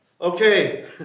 Okay